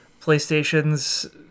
PlayStation's